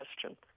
question